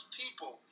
people